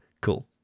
Cool